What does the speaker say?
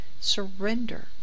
surrender